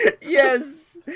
yes